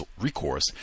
recourse